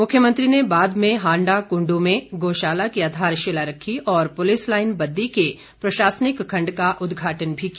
मुख्यमंत्री ने बाद में हांडा कुंड्र में गोशाला का आधारशिला रखी और पुलिस लाईन बद्दी के प्रशासनिक खण्ड का उदघाटन भी किया